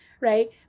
right